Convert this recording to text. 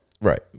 Right